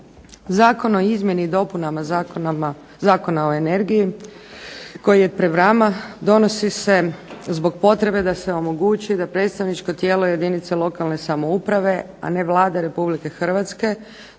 Zakon o izmjeni i dopunama Zakona o energiji koji je pred vama donosi se zbog potrebe da se omogući da predstavničko tijelo jedinice lokalne samouprave, a ne Vlade Republike Hrvatske